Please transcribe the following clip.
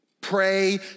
pray